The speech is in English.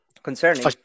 Concerning